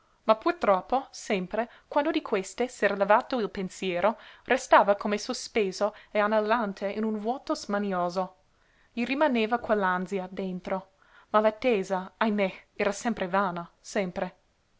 pur troppo sempre quando di queste s'era levato il pensiero restava come sospeso e anelante in un vuoto smanioso gli rimaneva quell'ansia dentro ma l'attesa ahimè era sempre vana sempre